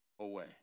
away